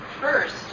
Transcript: first